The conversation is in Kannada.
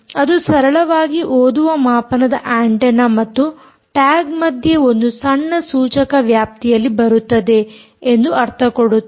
ಅದು ಸರಳವಾಗಿ ಓದುವ ಮಾಪನದ ಆಂಟೆನ್ನ ಮತ್ತು ಟ್ಯಾಗ್ ಮಧ್ಯೆ ಒಂದು ಸಣ್ಣ ಸೂಚಕ ವ್ಯಾಪ್ತಿಯಲ್ಲಿ ಬರುತ್ತದೆ ಎಂದು ಅರ್ಥ ಕೊಡುತ್ತದೆ